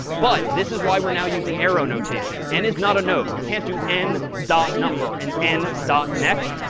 but this is why we're now using arrow notation. n and is not a node. you can't do n dot number and n dot next.